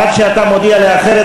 עד שאתה מודיע לי אחרת,